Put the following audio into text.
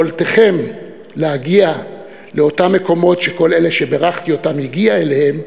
יכולתכם להגיע לאותם מקומות שכל אלה שבירכתי אותם הגיעו אליהם,